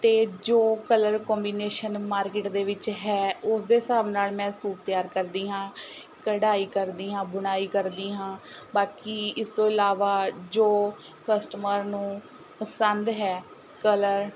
ਅਤੇ ਜੋ colour combination market ਦੇ ਵਿੱਚ ਹੈ ਉਸ ਦੇ ਹਿਸਾਬ ਨਾਲ਼ ਮੈਂ ਸੂਟ ਤਿਆਰ ਕਰਦੀ ਹਾਂ ਕਢਾਈ ਕਰਦੀ ਹਾਂ ਬੁਣਾਈ ਕਰਦੀ ਹਾਂ ਬਾਕੀ ਇਸ ਤੋਂ ਇਲਾਵਾ ਜੋ ਕਸਟਮਰ ਨੂੰ ਪਸੰਦ ਹੈ ਕਲਰ